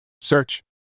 Search